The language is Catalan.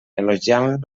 elogiant